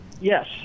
Yes